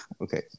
okay